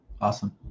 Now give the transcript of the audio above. Awesome